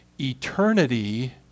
eternity